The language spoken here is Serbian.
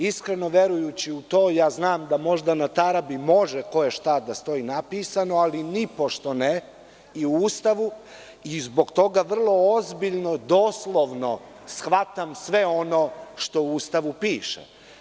Iskreno verujući u to, znam da možda na tarabi može koje šta da stoji napisano, ali nipošto ne i u Ustavu i zbog toga vrlo ozbiljno, doslovno shvatam sve ono što u Ustavu piše.